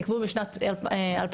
נקבעו בשנת 2015,